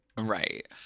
Right